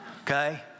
Okay